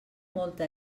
molta